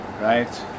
Right